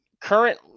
current